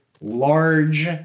large